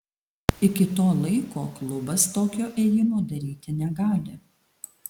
iki to laiko klubas tokio ėjimo daryti negali